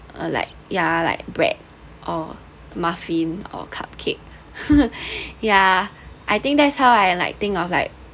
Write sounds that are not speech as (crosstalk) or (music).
or like ya like bread or muffin or cupcake (laughs) ya I think that's how I like think of like